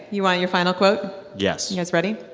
you want your final quote? yes you guys ready?